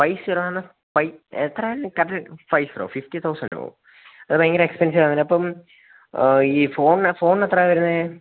five zero ആണോ five എത്രയാണ് correct five zero fifty തൗസൻഡോ അത് ഭയങ്കരം എക്സ്പെൻസീവാണല്ലോ അപ്പം ഈ ഫോണിന് ഫോണിന് എത്രയാണ് വരുന്നത്